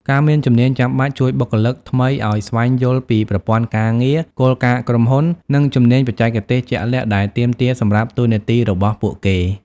ការមានជំនាញចាំបាច់ ជួយបុគ្គលិកថ្មីឲ្យស្វែងយល់ពីប្រព័ន្ធការងារ គោលការណ៍ក្រុមហ៊ុន និងជំនាញបច្ចេកទេសជាក់លាក់ដែលទាមទារសម្រាប់តួនាទីរបស់ពួកគេ។